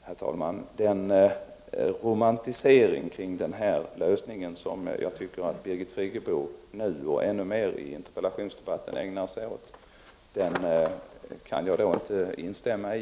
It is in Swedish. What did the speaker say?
Herr talman! Den romantisering kring den här lösningen som Birgit Friggebo nu, och ännu mer i interpellationsdebatten, ägnar sig åt kan jag inte instämma i.